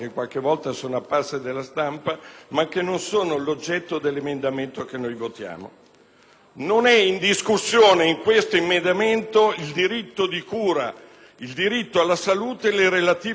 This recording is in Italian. non è in discussione il diritto di cura, il diritto alla salute e le relative tutele che sono sancite dall'articolo 32 della nostra Costituzione,